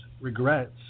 regrets